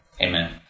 Amen